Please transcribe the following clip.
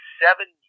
seven